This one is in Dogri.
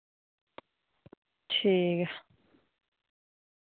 ठीक ऐ